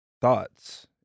thoughts